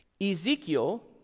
Ezekiel